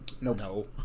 No